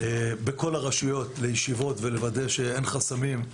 בכל הרשויות לישיבות ולוודא שאין חסמים.